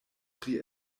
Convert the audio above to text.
pri